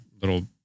little